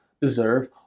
deserve